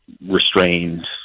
restrained